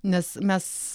nes mes